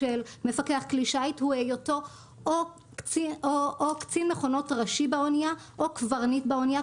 כלי שיט הוא היותו או קצין מכונות ראשי באונייה או קברניט באונייה,